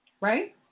Right